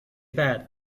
bad